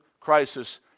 crisis